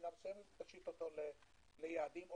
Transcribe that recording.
תשיט אותו ליעדים.